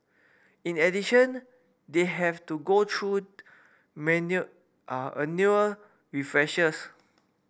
in addition they have to go through annual refreshers